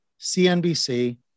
CNBC